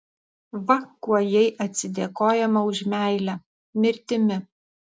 va kuo jai atsidėkojama už meilę mirtimi